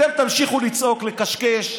אתם תמשיכו לצעוק, לקשקש,